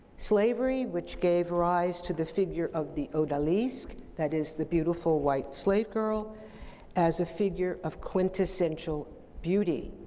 slavery, which gave rise to the figure of the odalisque, that is the beautiful, white slave girl as a figure of quintessential beauty.